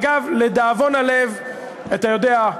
אגב, לדאבון הלב, אתה יודע,